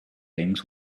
things